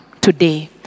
today